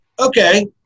Okay